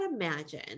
imagine